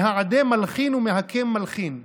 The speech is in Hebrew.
מהעדה מלכין ומהקם מלכין וכו',